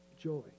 joy